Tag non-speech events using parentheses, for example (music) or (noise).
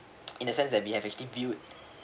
(noise) in a sense that we have actually viewed